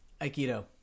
Aikido